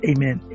Amen